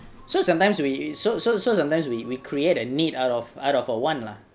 so sometimes we so so so sometimes we we create a need out of out of a want lah